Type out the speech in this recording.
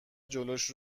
جلوش